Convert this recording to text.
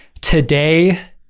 today